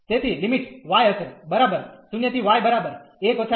તેથી limit y હશે બરાબર 0 ¿y બરાબર 1 − x